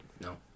No